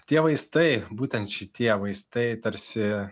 tie vaistai būtent šitie vaistai tarsi